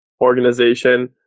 organization